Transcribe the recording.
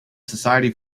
society